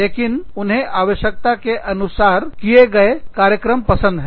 इसीलिए उन्हें आवश्यकता अनुसार तैयार किए गए कार्यक्रम पसंद है